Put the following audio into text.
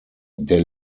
der